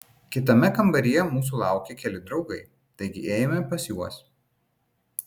kitame kambaryje mūsų laukė keli draugai taigi ėjome pas juos